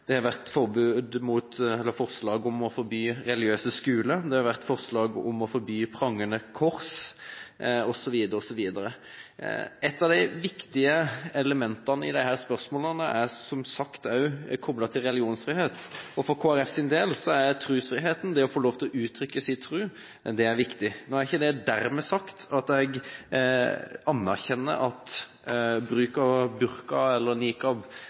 det har vært forslag om å forby religiøse symboler, det har vært forslag om å forby religiøse skoler, det har vært forslag om å forby prangende kors, osv., osv. Et viktig element i disse spørsmålene er, som sagt, koblet til religionsfrihet. For Kristelig Folkepartis del er trosfriheten, det å få uttrykke sin tro, viktig. Dermed er det ikke sagt at jeg anerkjenner at bruk av burka eller